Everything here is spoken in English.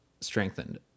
strengthened